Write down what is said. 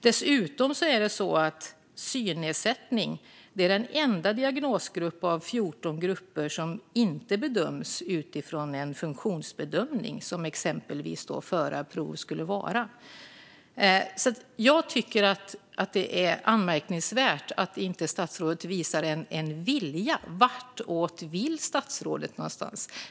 Dessutom är synnedsättning den enda av 14 diagnosgrupper som inte bedöms utifrån en funktionsbedömning, som exempelvis ett förarprov skulle vara. Jag tycker att det är anmärkningsvärt att inte statsrådet visar en vilja. Vartåt vill statsrådet?